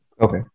Okay